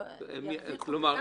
ירוויחו?